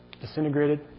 disintegrated